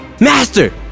Master